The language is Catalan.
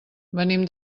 venim